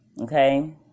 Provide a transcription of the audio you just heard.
okay